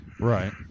Right